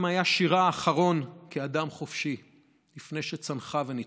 היה שירה האחרון כאדם חופשי לפני שצנחה ונתפסה.